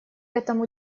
этому